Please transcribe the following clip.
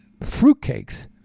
fruitcakes